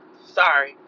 Sorry